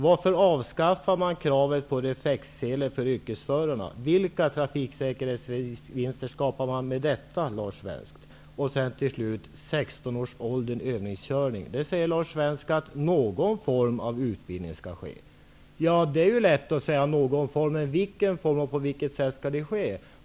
Varför avskaffar man kravet på reflexsele för yrkesförarna? Vilka trafiksäkerhetsvinster skapas med detta, Lars Angående 16-årsåldersgräns vid övningskörning säger Lars Svensk att det skall ske någon form av utbildning. Det är ju lätt att säga. Men vilken form av utbildning och på vilket sätt skall det ske?